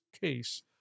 case